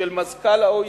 מזכ"ל ה-OECD,